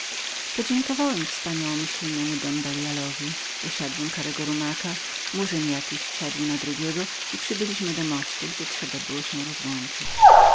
podziękowałem wspaniałemu don belialowi dosiadłem karego rumaka murzyn jakiś wsiadł na drugiego i przybyliśmy do mostu gdzie trzeba było się rozłączyć